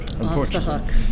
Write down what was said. unfortunately